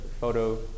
photo